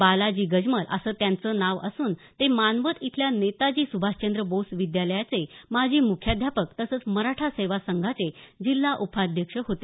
बालाजी गजमल असं त्यांचं नाव असून ते मानवत इथल्या नेताजी सुभाषचंद्र बोस विद्यालयाचे माजी मुख्याध्यापक तसंच मराठा सेवा संघाचे जिल्हा उपाध्यक्ष होते